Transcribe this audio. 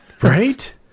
Right